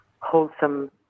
wholesome